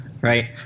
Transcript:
right